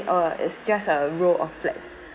uh is just a row of flats